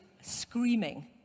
screaming